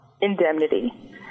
indemnity